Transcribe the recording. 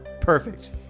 Perfect